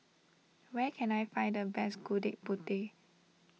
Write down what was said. where can I find the best Gudeg Putih